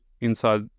inside